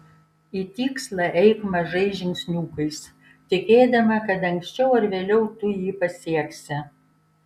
į tikslą eik mažais žingsniukais tikėdama kad anksčiau ar vėliau tu jį pasieksi